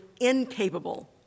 incapable